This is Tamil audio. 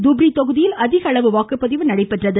தூப்ரி தொகுதியில் அதிகளவு வாக்குப்பதிவு நடைபெற்றது